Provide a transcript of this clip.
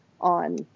on